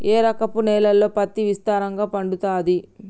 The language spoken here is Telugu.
ఏ రకపు నేలల్లో పత్తి విస్తారంగా పండుతది?